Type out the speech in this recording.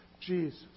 Jesus